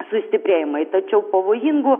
sustiprėjimai tačiau pavojingų